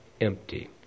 empty